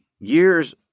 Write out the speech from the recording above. years